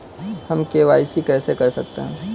हम के.वाई.सी कैसे कर सकते हैं?